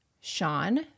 Sean